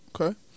okay